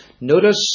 Notice